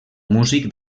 músic